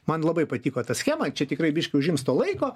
man labai patiko ta schema čia tikrai biškį užims to laiko